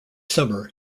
summer